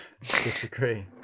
Disagree